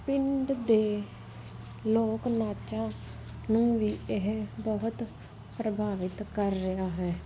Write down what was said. ਪਿੰਡ ਦੇ ਲੋਕ ਨਾਚਾ ਨੂੰ ਵੀ ਇਹ ਬਹੁਤ ਪ੍ਰਭਾਵਿਤ ਕਰ ਰਿਹਾ ਹੈ